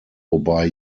wobei